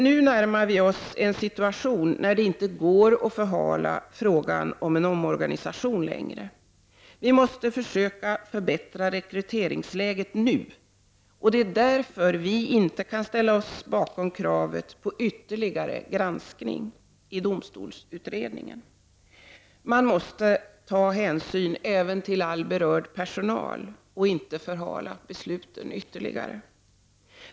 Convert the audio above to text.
Nu närmar vi oss emellertid en situation när det inte går att förhala frågan om omorganisation längre. Vi måste försöka förbättra rekryteringsläget nu, och det är därför vi inte kan ställa oss bakom kravet på ytterligare granskning i domstolsutredningen. Man måste ta hänsyn till berörd personal och inte förhala besluten ytterligare.